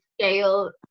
scale